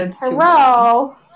Hello